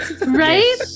Right